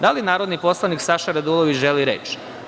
Da li narodni poslanik Saša Radulović želi reč?